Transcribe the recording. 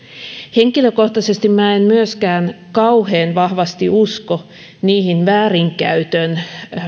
henkilökohtaisesti en myöskään kauhean vahvasti usko niihin väärinkäytön